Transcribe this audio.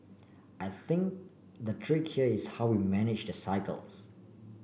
I think the trick is how we manage the cycles